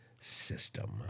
system